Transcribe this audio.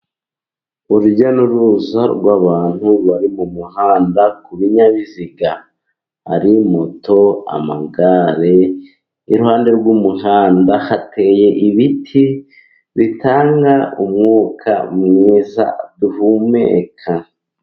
Urujya n'uruza rw'abantu bari mu muhanda ku binyabiziga. Ari moto, amagare, iruhande rw'umuhanda hateye ibiti bitanga umwuka mwiza duhumeka.